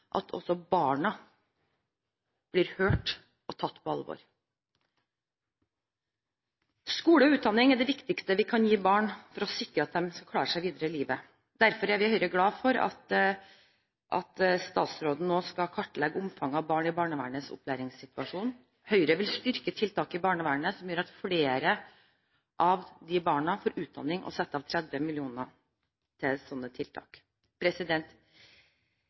at også barna blir hørt og tatt på alvor. Skole og utdanning er det viktigste vi kan gi barn for å sikre at de skal klare seg videre i livet. Derfor er vi i Høyre glad for at statsråden nå skal kartlegge omfanget av barn i barnevernets opplæringssituasjon. Høyre vil styrke tiltak i barnevernet som gjør at flere av de barna får utdanning, og setter av 30 mill. kr til sånne tiltak.